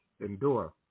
endure